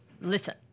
listen